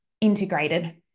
integrated